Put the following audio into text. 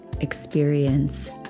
experience